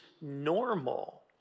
normal